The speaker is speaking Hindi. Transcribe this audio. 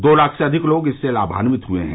दो लाख से अधिक लोग इसर्स लामान्वित हुए हैं